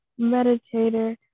meditator